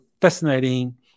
fascinating